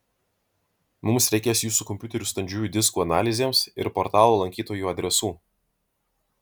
mums reikės jūsų kompiuterių standžiųjų diskų analizėms ir portalo lankytojų adresų